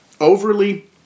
overly